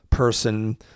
person